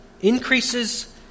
increases